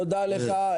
תודה לך.